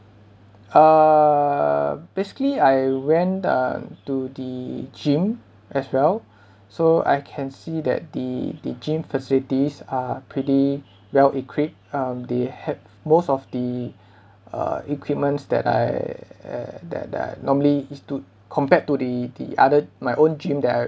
uh basically I went um to the gym as well so I can see that the the gym facilities are pretty well equipped um they have most of the uh equipments that I that that I normally used to compared to the the other my own gym that I